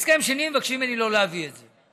הסכם שני, מבקשים ממני לא להביא את זה.